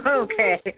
okay